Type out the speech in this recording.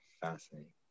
Fascinating